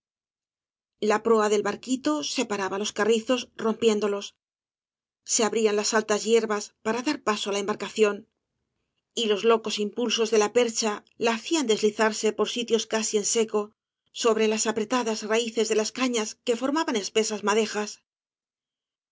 persiguiese la proa del barquito separaba loa carrizos rompiéndolos se abrían las altas hierbas para dar paso á la embarcación y los locos v blasco ibáñk impulsos de la percha la hacian deslizarse por sitios casi en seco sobre las apretadas raices de las cañas que formaban espesas madejas